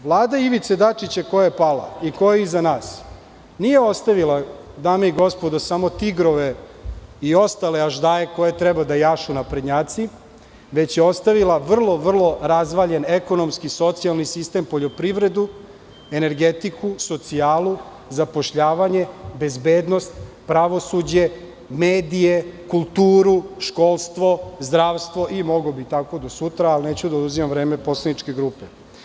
Vlada Ivice Dačića, koja je pala i koja je iza nas, nije ostavila, dame i gospodo, samo tigrove i ostale aždaje koje treba da jašu naprednjaci, već je ostavila vrlo, vrlo razvaljen ekonomski, socijalni sistem, poljoprivredu, energetiku, socijalu, zapošljavanje, bezbednost, pravosuđe, medije, kulturu, školstvo, zdravstvo i mogao bih tako do sutra, ali neću da oduzimam vremeposlaničke grupe.